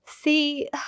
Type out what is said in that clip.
See